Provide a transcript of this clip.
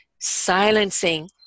silencing